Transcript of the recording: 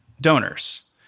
donors